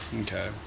Okay